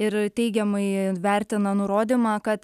ir teigiamai vertina nurodymą kad